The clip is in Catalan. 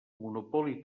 monopoli